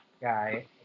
guy